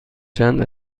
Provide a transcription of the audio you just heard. چند